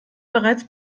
bereits